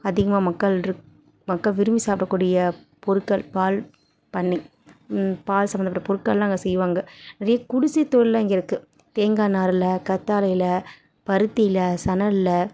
அதிகமாக மக்களிருக் மக்கள் விரும்பி சாப்பிடக்கூடிய பொருட்கள் பால் பண்ணை பால் சம்பந்தபட்ட பொருட்கள்லாம் அங்கே செய்வாங்க நிறைய குடிசை தொழில்லாம் இங்கே இருக்குது தேங்காய் நாரில் கற்றாலையில பருத்தியில் சணலில்